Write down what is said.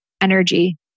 energy